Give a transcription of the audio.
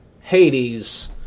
Hades